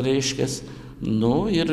reiškias nu ir